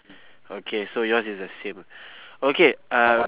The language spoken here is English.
okay so yours is the same okay uh